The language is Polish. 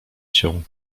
cię